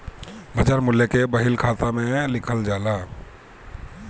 बाजार मूल्य के बही खाता में लिखल जाला